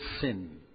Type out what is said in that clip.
sin